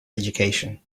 education